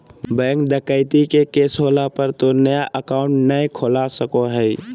bank डकैती के case होला पर तो नया अकाउंट नय खुला सको हइ